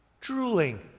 drooling